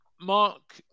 Mark